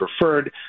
preferred